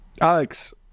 Alex